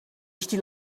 steel